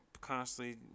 constantly